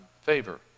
favor